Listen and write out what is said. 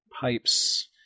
pipes